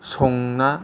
संना